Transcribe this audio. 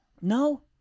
No